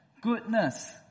goodness